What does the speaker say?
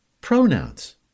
pronouns